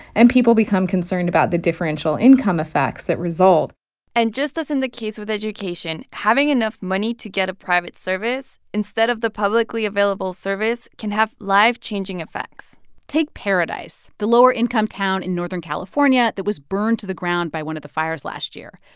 and people become concerned about the differential income effects that result and just as in the case with education, having enough money to get a private service instead of the publicly available service can have life-changing effects take paradise, the lower-income town in northern california that was burned to the ground by one of the fires last year.